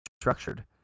structured